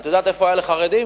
את יודעת איפה היה לחרדים?